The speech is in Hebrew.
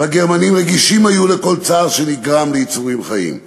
והגרמנים רגישים היו לכל צער שנגרם ליצורים חיים.